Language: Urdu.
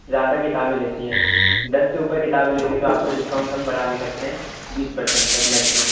زیادہ کتابیں لیتی ہیں دس سے اوپر کتابیں لیتی ہیں تو آپ کا ڈسکاؤنٹ ہم بڑھا بھی سکتے ہیں بیس پر سنٹ تک میکسیمم